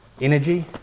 energy